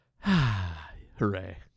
Hooray